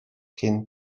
cyn